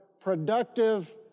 productive